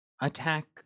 attack